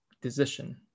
decision